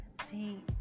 See